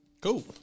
Cool